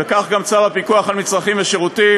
וכך גם צו הפיקוח על מצרכים ושירותים